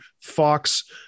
Fox